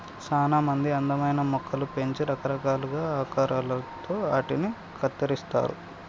సానా మంది అందమైన మొక్కలు పెంచి రకరకాలుగా ఆకారాలలో ఆటిని కత్తిరిస్తారు